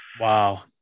Wow